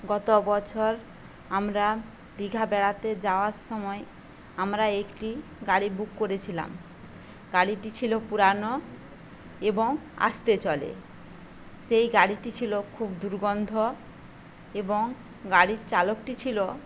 গত বছর আমরা দীঘা বেড়াতে যাওয়ার সময় আমরা একটি গাড়ি বুক করেছিলাম গাড়িটি ছিল পুরনো এবং আস্তে চলে সেই গাড়িটি ছিল খুব দুর্গন্ধ এবং গাড়ির চালকটি ছিল